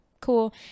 cool